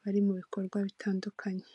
bari mu bikorwa bitandukanye.